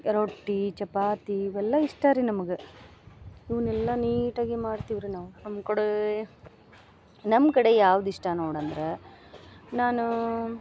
ರೊಟ್ಟಿ ಚಪಾತಿ ಇವೆಲ್ಲ ಇಷ್ಟ ರೀ ನಮಗೆ ಇವ್ನೆಲ್ಲ ನೀಟಾಗಿ ಮಾಡ್ತಿವ್ರೀ ನಾವು ನಮ್ಮ ಕಡೆ ನಮ್ಮ ಕಡೆ ಯಾವ್ದು ಇಷ್ಟ ನೋಡಂದ್ರ ನಾನು